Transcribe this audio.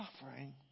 suffering